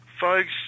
folks